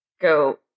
go